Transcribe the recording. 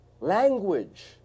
language